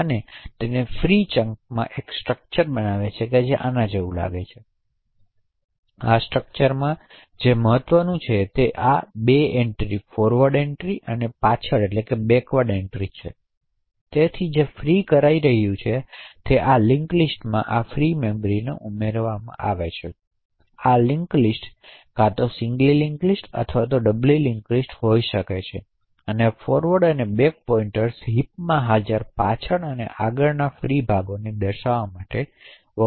હવે ફ્રી ચંકમાં એક સ્ટ્રક્ચર છે જે આના જેવું લાગે છે તેથી આ સ્ટ્રક્ચરમાં જે મહત્ત્વનું છે તે છે આ 2 એન્ટ્રીઝ ફોરવર્ડ એન્ટ્રી અને પાછળની એન્ટ્રી તેથી જે ફ્રી કરી રહ્યું છે તે છે કે તે આ લિંક લિસ્ટમાં આ ફ્રી મેમરીને ઉમેરી શકે તેથી આ લિંક લિસ્ટ કા તો સિંગલી લિંક લિસ્ટ અથવા ડબલી લિંક લિસ્ટ હોઈ શકે છે અને આ ફોરવર્ડ અને બેક પોઇંટર્સ હિપમાં હાજર પાછલા અને આગળના ફ્રી ભાગને દર્શાવવા માટે વપરાય છે